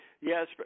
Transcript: Yes